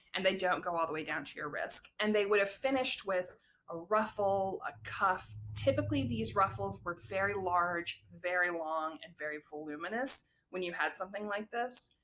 and they don't go all the way down to your wrist, and they would have finished with a ruffle or a cuff. typically these ruffles were very large, very long, and very voluminous when you had something like this.